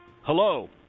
Hello